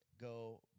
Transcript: go